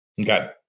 Okay